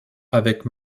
avec